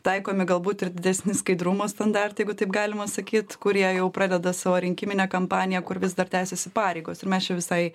taikomi galbūt ir didesni skaidrumo standartai jeigu taip galima sakyt kurie jau pradeda savo rinkiminę kampaniją kur vis dar tęsiasi pareigos ir mes čia visai